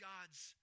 God's